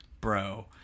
bro